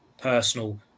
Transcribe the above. personal